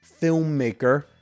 filmmaker